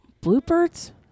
Bluebirds